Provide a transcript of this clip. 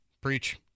Preach